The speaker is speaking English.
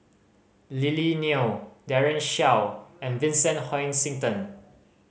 Lily Neo Daren Shiau and Vincent Hoisington